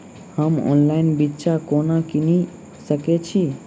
हम ऑनलाइन बिच्चा कोना किनि सके छी?